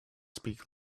speak